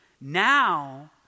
now